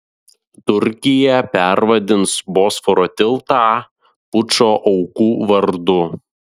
turkija pervardins bosforo tiltą pučo aukų vardu